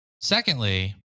Secondly